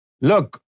Look